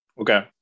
Okay